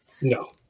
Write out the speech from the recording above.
No